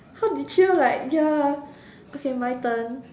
how did you like ya okay my turn